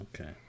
Okay